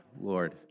Lord